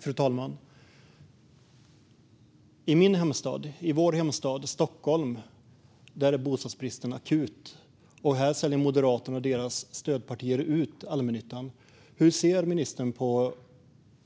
Fru talman! I min hemstad, i vår hemstad, Stockholm är bostadsbristen akut. Här säljer Moderaterna och deras stödpartier ut allmännyttan. Hur ser ministern på